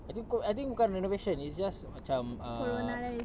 I think bu~ bukan renovation it's just macam err